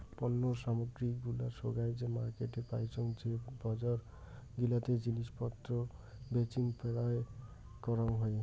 পণ্য সামগ্রী গুলা সোগায় যে মার্কেটে পাইচুঙ যে বজার গিলাতে জিনিস পত্র বেচিম পেরোয় করাং হই